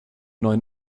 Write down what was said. neuen